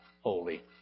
holy